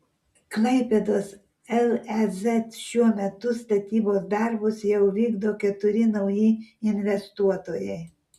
klaipėdos lez šiuo metu statybos darbus jau vykdo keturi nauji investuotojai